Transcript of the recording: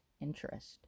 interest